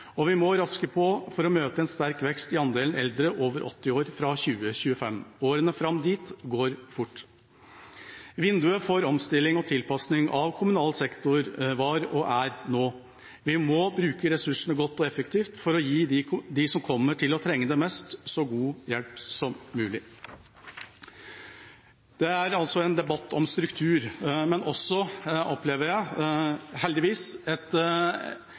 og vi må raske på for å møte en sterk vekst i andelen eldre over 80 år fra 2025. Årene fram dit går fort. Vinduet for omstilling og tilpassing av kommunal sektor var og er nå. Vi må bruke ressursene godt og effektivt for å gi dem som kommer til å trenge det mest, så god hjelp som mulig. Det er altså en debatt om struktur, men heldigvis også – opplever jeg – et